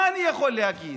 מה אני יכול להגיד,